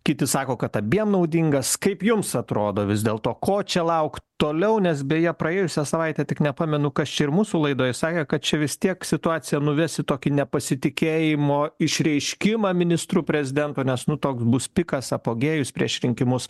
kiti sako kad abiem naudingas kaip jums atrodo vis dėl to ko čia laukt toliau nes beje praėjusią savaitę tik nepamenu kas čia ir mūsų laidoj sakė kad čia vis tiek situacija nuves į tokį nepasitikėjimo išreiškimą ministru prezidento nes nu toks bus pikas apogėjus prieš rinkimus